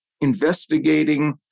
investigating